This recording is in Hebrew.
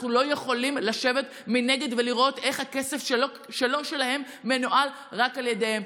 אנחנו לא יכולים לשבת מנגד ולראות איך הכסף שלא שלהם מנוהל רק על ידיהם.